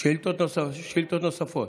שאילתות נוספות.